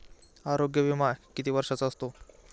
आरोग्य विमा किती वर्षांचा असतो?